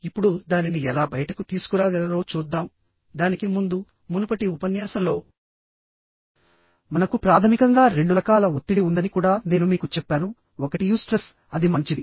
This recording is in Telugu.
ఇప్పుడు దానిని ఎలా బయటకు తీసుకురాగలరో చూద్దాం దానికి ముందు మునుపటి ఉపన్యాసంలోమనకు ప్రాథమికంగా రెండు రకాల ఒత్తిడి ఉందని కూడా నేను మీకు చెప్పాను ఒకటి యూస్ట్రెస్ అది మంచిది